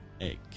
egg